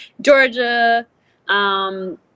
Georgia